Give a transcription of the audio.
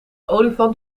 olifant